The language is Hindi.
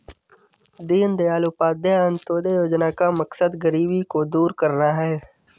दीनदयाल उपाध्याय अंत्योदय योजना का मकसद गरीबी को दूर करना है